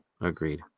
agreed